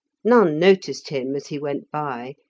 none noticed him as he went by,